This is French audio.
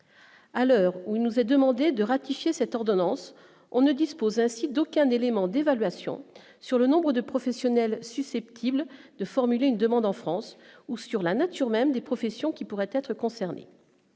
à l'heure où nous a demandé de ratifier cette ordonnance, on ne dispose ainsi d'aucun élément d'évaluation sur le nombre de professionnels susceptibles de formuler une demande en France ou sur la nature même des professions qui pourraient être concernés,